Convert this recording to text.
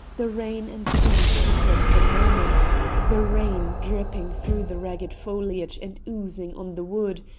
the rain and sea saddened the moment the rain dripping through the ragged foliage and oozing on the wood,